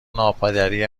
ناپدری